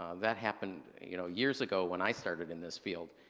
um that happened, you know, years ago when i started in this field.